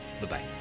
Bye-bye